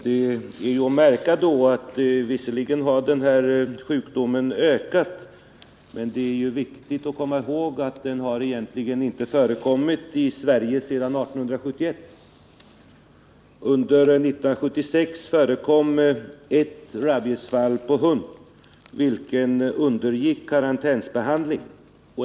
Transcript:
Det är då att märka att denna sjukdom visserligen har ökat men egentligen inte förekommit i Sverige sedan 1871. Under 1976 förekom ett rabiesfall — en hund, vilken undergick karantänsbehandling.